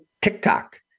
TikTok